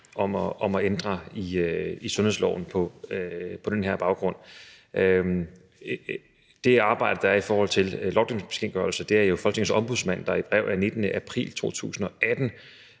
om at ændre i sundhedsloven på den her baggrund. Med hensyn til det arbejde, der er i forhold til logningsbekendtgørelsen, er det jo Folketingets Ombudsmand, der i brev af 19. april 2018